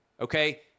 okay